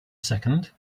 second